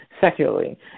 secularly